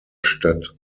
stadt